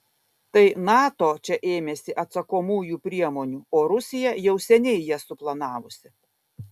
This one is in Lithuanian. tai nato čia ėmėsi atsakomųjų priemonių o rusija jau seniai jas suplanavusi